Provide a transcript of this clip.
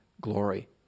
glory